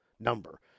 number